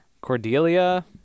Cordelia